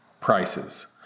prices